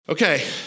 Okay